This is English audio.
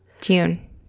June